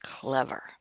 clever